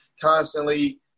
constantly